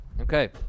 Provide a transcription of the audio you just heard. Okay